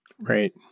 Right